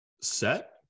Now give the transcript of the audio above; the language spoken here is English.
set